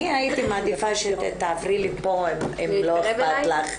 אני הייתי מעדיפה שתעברי לפה אם לא אכפת לך.